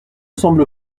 semble